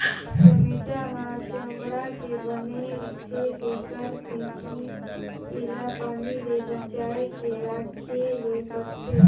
चमेटा ह चमड़ा के बने रिथे तेखर सेती एला पानी ले बचाए के राखे ले परथे